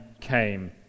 came